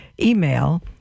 email